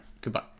Goodbye